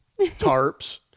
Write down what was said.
tarps